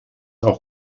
auch